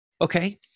Okay